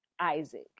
Isaac